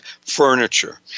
furniture